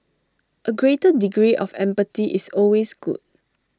A greater degree of empathy is always good